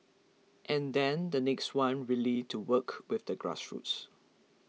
and then the next one really to work with the grassroots